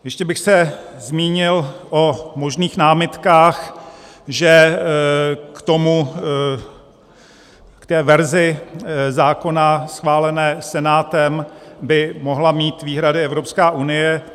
Ještě bych se zmínil o možných námitkách, že k té verzi zákona schválené Senátem by mohla mít výhrady Evropská unie.